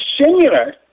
similar